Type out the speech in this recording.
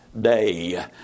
day